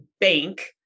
bank